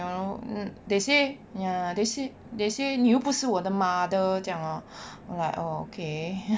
you know they say ya they say they say 你又不是我的 mother 这样 lor like oh okay